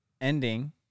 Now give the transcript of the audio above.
ending